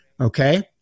Okay